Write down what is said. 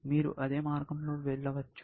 మీరు అదే మార్గంలో వెళ్ళవచ్చు